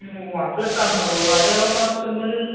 one plus అంటనారు అదెలా పడొచ్చండి మరి